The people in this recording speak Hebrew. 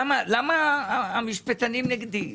למה, למה המשפטנים נגדי?